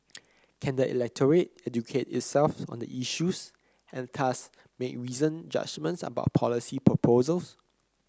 can the electorate educate itself on the issues and thus make reasoned judgements about policy proposals